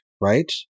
right